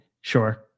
Sure